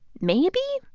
maybe.